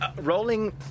rolling